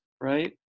right